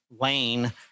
lane